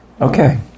okay